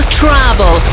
travel